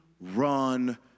run